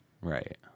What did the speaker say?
right